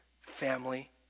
family